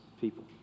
people